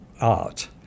art